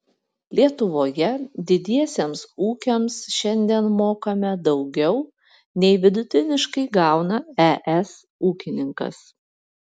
lietuvoje didiesiems ūkiams šiandien mokame daugiau nei vidutiniškai gauna es ūkininkas